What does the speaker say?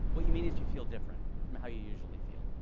what you mean is you feel different from how you usually feel.